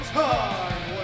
time